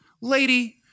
lady